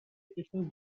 occasions